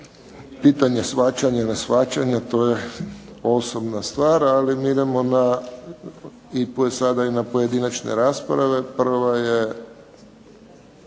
Pitanje, shvaćanje, neshvaćanje, to je osobna stvar, ali idemo na, i sada i na pojedinačne rasprave. Prva je